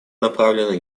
направлена